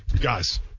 Guys